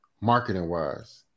marketing-wise